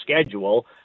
schedule